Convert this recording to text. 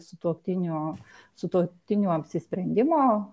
sutuoktinių sutuoktinių apsisprendimo